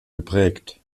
geprägt